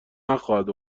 نخواهد